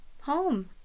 home